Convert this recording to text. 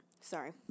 sorry